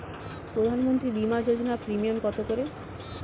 প্রধানমন্ত্রী বিমা যোজনা প্রিমিয়াম কত করে?